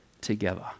together